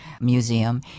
museum